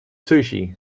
sushi